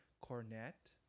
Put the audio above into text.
cornet